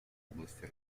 области